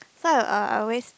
so uh I always